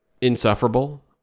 insufferable